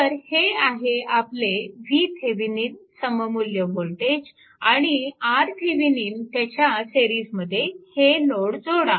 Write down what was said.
तर हे आहे आपले vThevenin सममुल्य वोल्टेज आणि RThevenin त्याच्या सिरीजमध्ये हे लोड जोडा